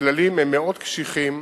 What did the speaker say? הכללים הם מאוד קשיחים